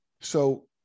So-